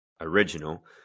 original